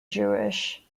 jewish